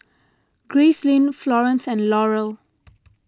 Gracelyn Florene and Laurel